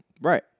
Right